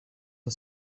the